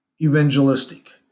evangelistic